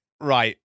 Right